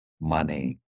money